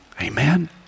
Amen